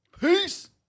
Peace